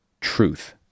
truth